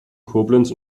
koblenz